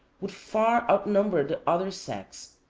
would far outnumber the other sex,